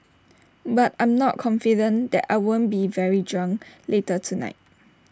but I'm not confident that I won't be very drunk later tonight